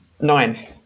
nine